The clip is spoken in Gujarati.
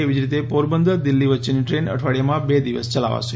એવીજ રીતે પોરબંદર દિલ્હી વચ્ચેની ટ્રેન અઠવાડિયામાં બે દિવસ ચલાવાશે